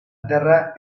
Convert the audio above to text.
terra